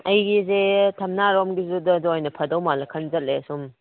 ꯑꯩꯒꯤꯁꯦ ꯊꯝꯅꯥꯔꯣꯝꯒꯤꯗꯨꯗ ꯑꯣꯏꯅ ꯐꯗꯧ ꯃꯥꯜꯂꯤ ꯈꯟꯖꯜꯂꯛꯑꯦ ꯁꯨꯝ